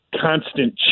constant